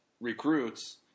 recruits –